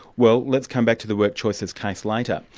well let's come back to the workchoices case later.